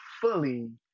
fully